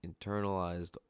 internalized